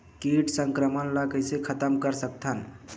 कीट संक्रमण ला कइसे खतम कर सकथन?